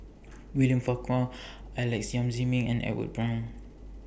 William Farquhar Alex Yam Ziming and Edwin Brown